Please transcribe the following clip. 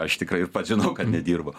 aš tikrai pats žinau kad nedirbu